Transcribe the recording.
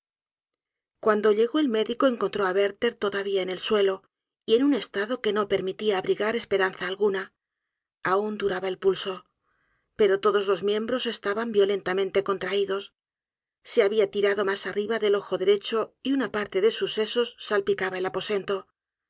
cuando llegó el médico encontró á werther todavía en el suelo y en un estado que no permitía abrigar esperanza alguna aun duraba el pulso pero todos los miembros estaban violentamente contraidos se habia tirado mas arriba del ojo derecho y una parte de sus sesos salpicaba el aposento